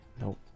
Nope